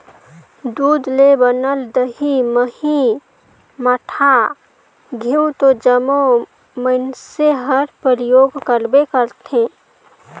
दूद ले बनल दही, मही, मठा, घींव तो जम्मो मइनसे हर परियोग करबे करथे